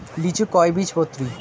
লিচু কয় বীজপত্রী?